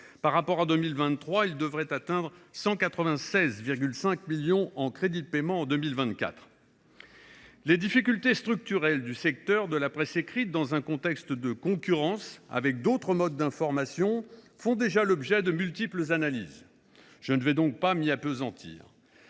par rapport à 2023 ; il devrait atteindre 196,5 millions d’euros en crédits de paiement en 2024. Les difficultés structurelles du secteur de la presse écrite, dans un contexte de concurrence avec d’autres modes d’information, font déjà l’objet de multiples analyses : je ne vais donc pas m’y appesantir.